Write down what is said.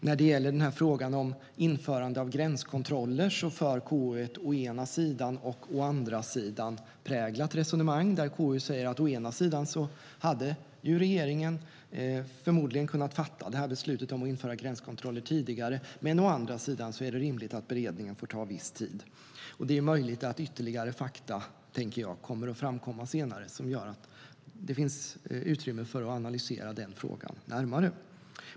När det gäller frågan om införande av gränskontroller för KU ett å-ena-sidan och å-andra-sidan-präglat resonemang, där KU säger att å ena sidan hade ju regeringen förmodligen kunnat fatta beslutet om att införa gränskontroller tidigare men att å andra sidan är det rimligt att beredningen får ta viss tid. Det är möjligt att ytterligare fakta kommer att framkomma senare som gör att det finns utrymme att analysera den frågan närmare.